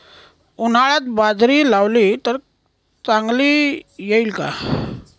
उन्हाळ्यात बाजरी लावली तर चांगली येईल का?